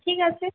ঠিক আছে